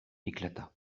éclata